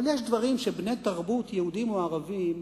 אבל יש דברים שבני-תרבות, יהודים או ערבים,